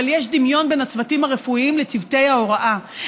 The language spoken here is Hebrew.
אבל יש דמיון בין הצוותים הרפואיים לצוותי ההוראה.